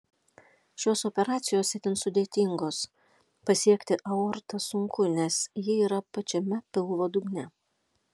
šios operacijos itin sudėtingos pasiekti aortą sunku nes ji yra pačiame pilvo dugne